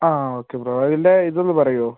ആ ആ okay bro അതിൻ്റെ ഇത് ഒന്ന് പറയോ